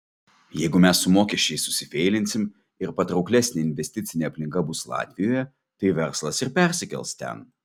jeigu mes su mokesčiais susifeilinsim ir patrauklesnė investicinė aplinka bus latvijoje tai verslas ir persikels ten